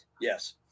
yes